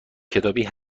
کتابی